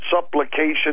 supplication